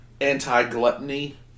anti-gluttony